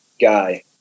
guy